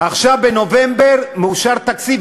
עכשיו בנובמבר מאושר תקציב.